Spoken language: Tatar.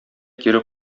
кире